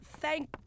Thank